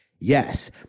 Yes